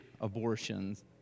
abortions